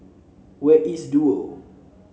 where is Duo